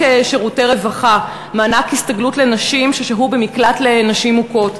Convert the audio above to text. שירותי רווחה (מענק הסתגלות לנשים ששהו במקלט לנשים מוכות).